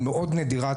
היא מאוד נדירה,